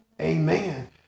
Amen